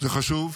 זה חשוב.